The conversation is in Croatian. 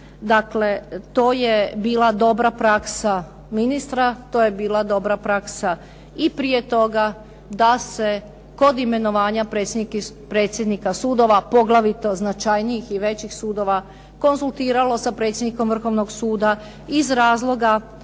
Dakle, to je bila dobra praksa ministra, to je bila dobra praksa i prije toga da se kod imenovanja predsjednika sudova poglavito značajnijih i većih sudova konzultiralo sa predsjednikom Vrhovnog suda iz razloga